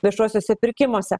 viešuosiuose pirkimuose